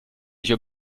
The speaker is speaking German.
nicht